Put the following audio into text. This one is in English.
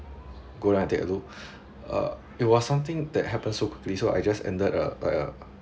go down and take a look uh it was something that happen so quickly so I just ended a like a